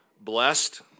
Blessed